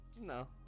No